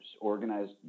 organized